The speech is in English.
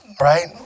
Right